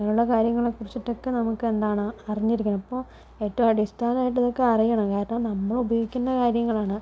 അങ്ങനെയുള്ള കാര്യങ്ങളെ കുറിച്ചിട്ടൊക്കെ നമുക്ക് എന്താണ് അറിഞ്ഞിരിക്കണം ഇപ്പോൾ ഏറ്റവും അടിസ്ഥാനമായിട്ട് ഇതൊക്കെ അറിയണം കാരണം നമ്മളുപയോഗിക്കുന്ന കാര്യങ്ങളാണ്